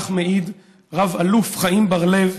כך מעיד רב אלוף חיים בר-לב